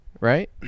Right